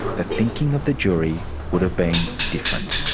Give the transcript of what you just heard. the thinking of the jury would have been different.